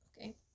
Okay